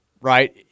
right